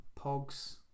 Pogs